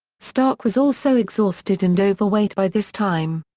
stark was also exhausted and overweight by this time.